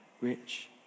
rich